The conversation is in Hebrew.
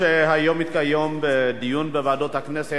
היום התקיים דיון בוועדות הכנסת,